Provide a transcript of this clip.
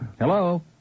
Hello